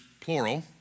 plural